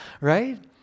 right